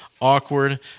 awkward